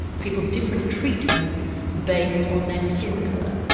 people different treatments based on their skin color.